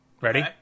ready